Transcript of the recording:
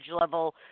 level